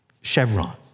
chevron